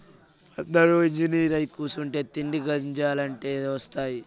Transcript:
అందురూ ఇంజనీరై కూసుంటే తిండి గింజలెట్టా ఒస్తాయి